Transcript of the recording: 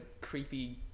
creepy